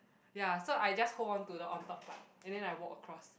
ya so I just hold on to the on top part and then I walk across